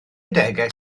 adegau